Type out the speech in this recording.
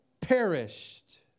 perished